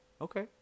Okay